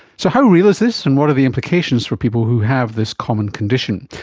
so how real is this and what are the implications for people who have this common condition?